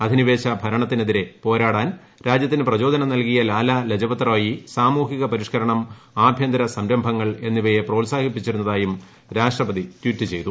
അധിനിവേശ ഭരണത്തിന് എതിരെ പോരാടാൻ രാജ്യത്തിന് പ്രചോദനം നൽകിയ ലാലാ ലജ്പത് റായി സാമൂഹിക പരിഷ്കരണം ആഭ്യന്തര സംരംഭങ്ങൾ എന്നിവയെ പ്രോത്സാഹിപ്പിച്ചിരുന്നതായും രാഷ്ട്രപതി ട്വീറ്റ് ചെയ്തു